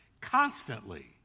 constantly